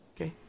Okay